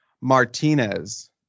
Martinez